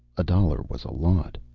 a dollar was a lot.